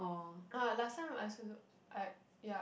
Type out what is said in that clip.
ah last time I also got I ya